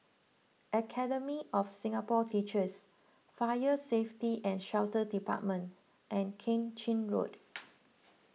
Academy of Singapore Teachers Fire Safety and Shelter Department and Keng Chin Road